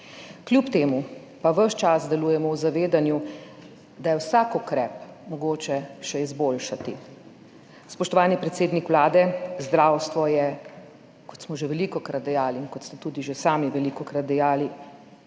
Kljub temu pa ves čas delujemo v zavedanju, da je vsak ukrep mogoče še izboljšati. Spoštovani predsednik Vlade, zdravstvo je, kot smo že velikokrat dejali in kot ste tudi že sami velikokrat dejali,